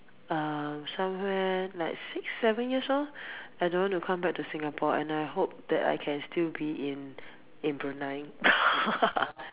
um somewhere like six seven years old I don't want to come back to Singapore and I hope that I can still be in in Brunei